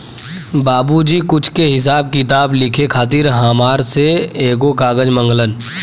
बाबुजी कुछ के हिसाब किताब लिखे खातिर हामरा से एगो कागज मंगलन